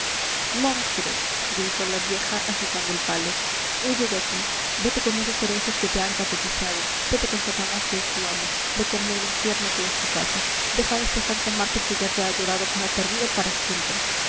la vieja agitando el palo huye de aquí vete con esos herejes que te han catequizado vete con satanás que es tu amo vete al negro infierno que es tu casa deja a esta santa mártir que ya te ha llorado como perdido para siempre